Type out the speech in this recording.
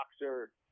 boxer